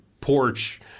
porch